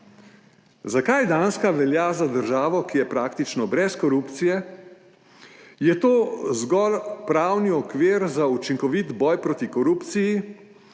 Zakaj Danska velja za državo, ki je praktično brez korupcije? Je to zgolj pravni okvir za učinkovit boj proti korupciji,